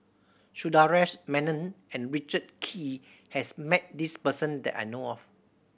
Sundaresh Menon and Richard Kee has met this person that I know of